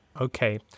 Okay